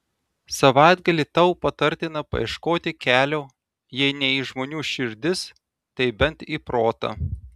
savaitgalį tau patartina paieškoti kelio jei ne į žmonių širdis tai bent į protą